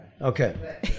Okay